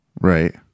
Right